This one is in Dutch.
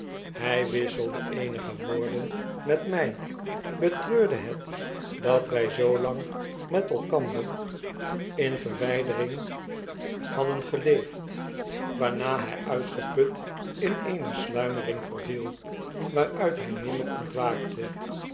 hi wisselde eenige woorden met my betreurde het dat wy zoo lang met elkander in verwydering hadden geleefd waarna hij uitgeput in eene sluimering verviel waaruit hy nimmer ontwaakte